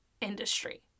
industry